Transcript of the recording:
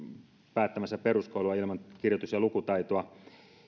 päättämässä peruskoulua ilman kirjoitus ja lukutaitoa